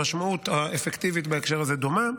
המשמעות האפקטיבית בהקשר הזה דומה,